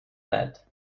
net